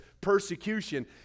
persecution